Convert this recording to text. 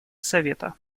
совета